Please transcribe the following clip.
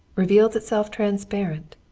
reveals itself transparent.